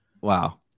wow